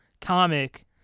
comic